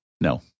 No